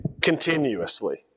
continuously